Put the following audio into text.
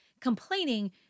Complaining